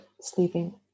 sleeping